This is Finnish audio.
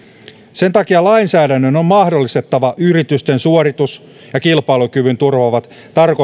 sen takia lainsäädännön on on mahdollistettava yritysten suoritus ja kilpailukyvyn turvaavat